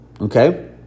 okay